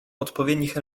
odpowiednich